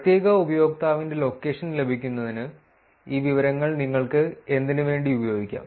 പ്രത്യേക ഉപയോക്താവിന്റെ ലൊക്കേഷൻ ലഭിക്കുന്നതിന് ഈ വിവരങ്ങൾ നിങ്ങൾക്ക് എന്തിനുവേണ്ടി ഉപയോഗിക്കാം